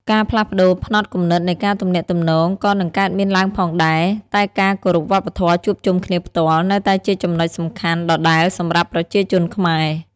ការផ្លាស់ប្ដូរផ្នត់គំនិតនៃការទំនាក់ទំនងក៏នឹងកើតមានឡើងផងដែរ តែការគោរពវប្បធម៌ជួបជុំគ្នាផ្ទាល់នៅតែជាចំណុចសំខាន់ដដែលសម្រាប់ប្រជាជនខ្មែរ។